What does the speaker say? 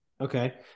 okay